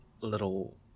little